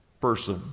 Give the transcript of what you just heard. person